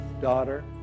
daughter